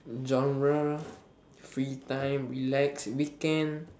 general free time relax weekend